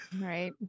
Right